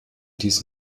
dies